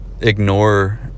ignore